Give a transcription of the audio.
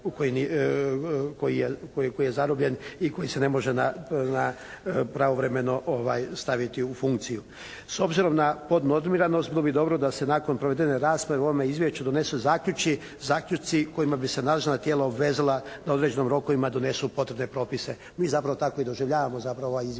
koji je zarobljen i koji se ne može pravovremeno staviti u funkciju. S obzirom na podnormiranost bilo bi dobro da se nakon provedene rasprave o ovome izvješću donese zaključci kojima bi se nadležna tijela obvezala da u određenim rokovima donesu potrebne propise. Mi zapravo tako i doživljavamo zapravo